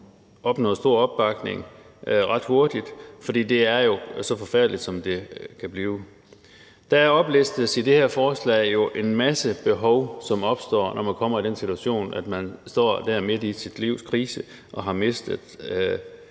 opnået stor opbakning, for det er jo så forfærdeligt, som noget kan blive. Der oplistes i det her beslutningsforslag jo en masse behov, som opstår, når man kommer i den situation, at man står der midt i sit livs krise og har mistet